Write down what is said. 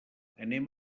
anem